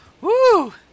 Woo